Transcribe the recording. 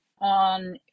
on